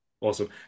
Awesome